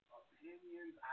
opinions